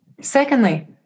Secondly